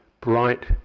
bright